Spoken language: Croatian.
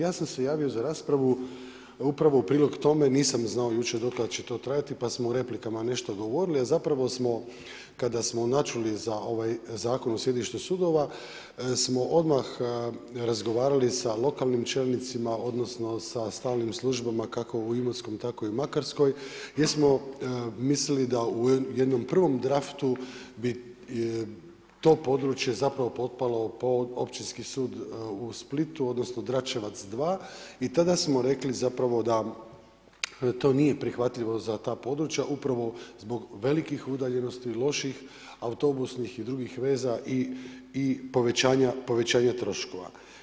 Ja sam se javio za raspravu upravo u prilog tome, nisam znao jučer do kada će to trajati pa smo u replikama nešto govorili, a kada smo načuli za ovaj Zakon o sjedištu sudova smo odmah razgovarali sa lokalnim čelnicima odnosno sa stalnim službama kako u Imotskom tako i u Makarskoj gdje smo mislili da u jednom prvom draftu bi to područje potpalo pod Općinski sud u Splitu odnosno DRačevac 2 i tada smo rekli da to nije prihvatljivo za ta područja upravo zbog velikih udaljenosti, loših autobusnih i drugih veza i povećanja troškova.